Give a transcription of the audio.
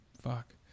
Fuck